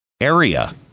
area